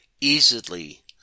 easily